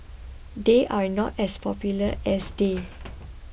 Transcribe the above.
they are not as popular as they